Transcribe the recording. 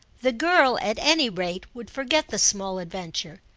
the girl at any rate would forget the small adventure,